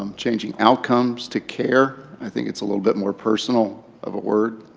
um changing outcomes to care, i think it's a little bit more personal of a word.